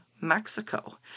Mexico